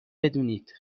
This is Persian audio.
بدونید